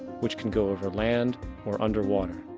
which can go over land or under water.